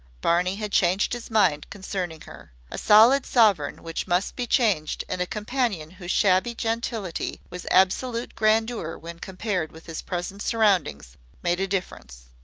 barney had changed his mind concerning her. a solid sovereign which must be changed and a companion whose shabby gentility was absolute grandeur when compared with his present surroundings made a difference.